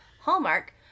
Hallmark